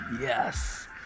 yes